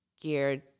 geared